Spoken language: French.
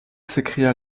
s’écria